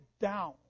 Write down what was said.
down